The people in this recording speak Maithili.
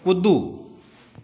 कूदू